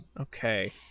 Okay